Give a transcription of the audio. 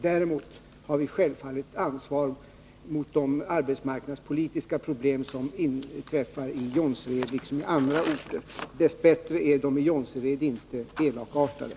Däremot har vi självfallet ett ansvar när det gäller de arbetsmarknadspolitiska problem som inträffar i Jonsered liksom i andra orter. Dess bättre är de i Jonsered inte elakartade.